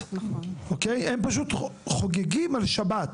לשבת; הם פשוט חוגגים על שבת.